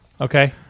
Okay